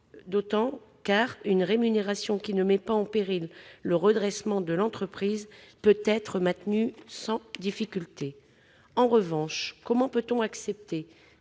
d'autant qu'une rémunération qui ne met pas en péril le redressement de l'entreprise peut être maintenue sans difficulté. En revanche, comment peut-on accepter